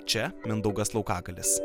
čia mindaugas laukagalis